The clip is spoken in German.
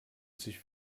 sich